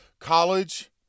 College